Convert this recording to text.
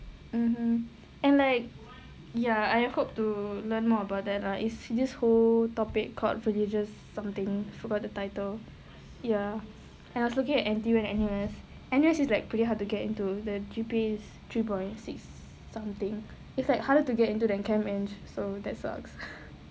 mmhmm and like ya I hope to learn more about that ah is this whole topic called villagers something forgot the title ya and also get N_T_U or N_U_S N_U_S is like pretty hard to get into the G_P_A is three point six something it's like harder to get into that camp and so that sucks